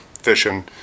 fishing